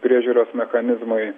priežiūros mechanizmai